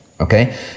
okay